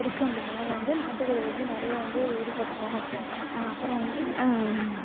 பிடிக்கும் அப்படிங்கிறனால வந்து நாட்டுக்கோழியை வந்து நிறையா வந்து இது பண்ணுவோம் அப்புறம் வந்து